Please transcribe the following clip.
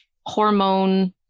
hormone